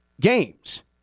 games